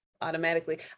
automatically